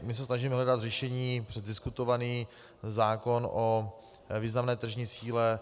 My se snažíme hledat řešení přes diskutovaný zákon o významné tržní síle.